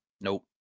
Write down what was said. nope